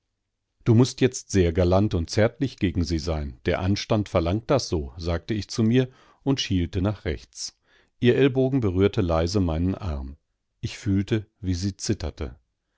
du mußt jetzt sehr galant und zärtlich gegen sie sein der anstand verlangt das so sagte ich zu mir und schielte nach rechts ihr ellbogen berührte leise meinen arm ich fühlte wie sie zitterte